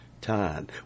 time